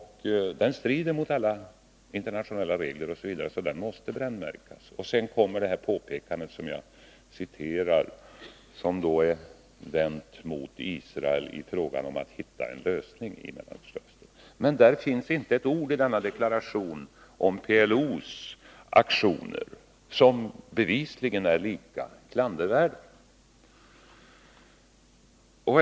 Den strider mot alla internationella regler, så den måste brännmärkas. Sedan kommer det påpekande som jag citerade och som är vänt mot Israel när det gäller hitta en lösning i Mellanöstern. Men i denna deklaration finns inte ett ord om PLO:s aktioner, som bevisligen är lika klandervärda.